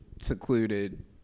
secluded